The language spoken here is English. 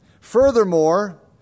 Furthermore